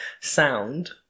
sound